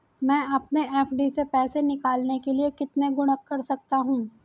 मैं अपनी एफ.डी से पैसे निकालने के लिए कितने गुणक कर सकता हूँ?